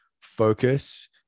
focus